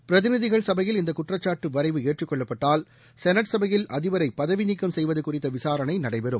பிரதிநிதிகள் சளபயில் இந்த குற்றச்சாட்டு வரைவு ஏற்றுக்கொள்ளப்பட்டால் செனட் சளபயில் அதிபரை பதவி நீக்கம் செய்வது குறித்த விசாரணை நடைபெறும்